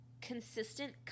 consistent